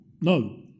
No